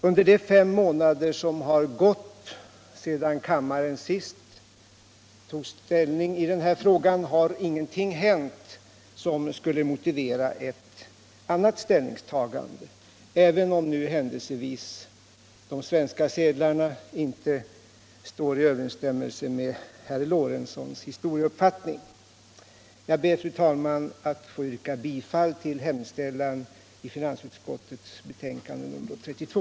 Under de fem månader som har gått sedan kammaren senast tog ställning i denna fråga har ingenting hänt som skulle kunna motivera ett annat ställningstagande, även om nu händelsevis de svenska sedlarna inte står i överensstämmelse med herr Lorentzons historieuppfattning. Jag ber, fru talman, att få yrka bifall till hemställan i finansutskottets betänkande nr 32.